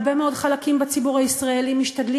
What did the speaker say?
הרבה מאוד חלקים בציבור הישראלי משתדלים